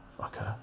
okay